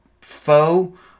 faux